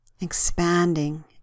expanding